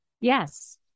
Yes